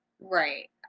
right